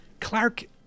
Clark